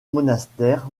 monastères